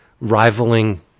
rivaling